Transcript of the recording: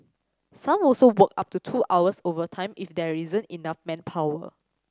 some also work up to two hours overtime if there isn't enough manpower